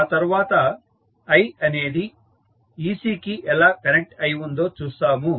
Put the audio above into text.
ఆ తర్వాత i అనేది ec కి ఎలా కనెక్ట్ అయి ఉందో చూస్తాము